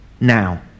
now